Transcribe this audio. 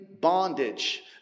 bondage